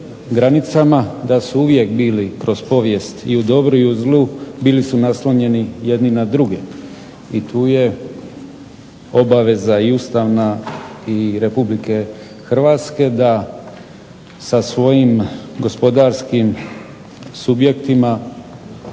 da su uvijek bili kroz povijest i u dobru i u zlu bili su naslonjeni jedni na druge. I tu je obaveza i ustavna i Republike Hrvatske da sa svojim gospodarskim subjektima